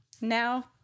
now